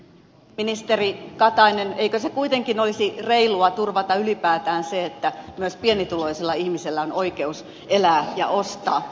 ministeri katainen eikö kuitenkin olisi reilua turvata ylipäätään se että myös pienituloisella ihmisellä on oikeus elää ja ostaa